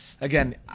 Again